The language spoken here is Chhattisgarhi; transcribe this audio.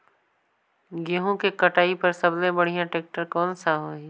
गहूं के कटाई पर सबले बढ़िया टेक्टर कोन सा होही ग?